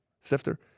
sifter